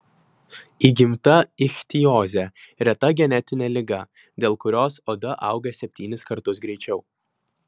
įgimta ichtiozė reta genetinė liga dėl kurios oda auga septynis kartus greičiau